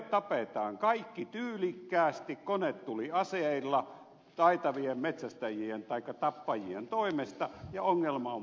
tapetaan kaikki tyylikkäästi konetuliaseilla taitavien metsästäjien taikka tappajien toimesta ja ongelma on poistunut